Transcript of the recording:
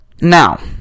Now